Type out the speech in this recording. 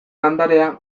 landarea